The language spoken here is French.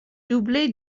doublé